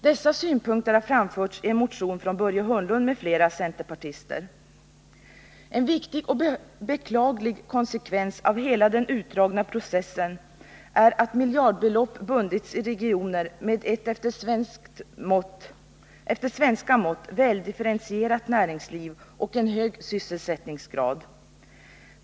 Dessa synpunkter har framförts i en motion från Börje Hörnlund m.fl. centerpartister. En viktig och beklaglig konsekvens av hela den utdragna processen är att miljardbelopp bundits i regioner med ett efter svenska mått väldifferentierat näringsliv och en hög sysselsättningsgrad.